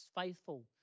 faithful